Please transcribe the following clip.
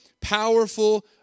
powerful